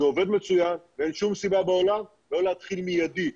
זה עובד מצוין ואין שום סיבה בעולם לא להתחיל מיידי,